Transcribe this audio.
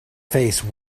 face